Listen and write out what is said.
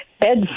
Ed